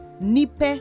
Nipe